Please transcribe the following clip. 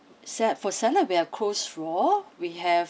sa~ for salad we have coleslaw we have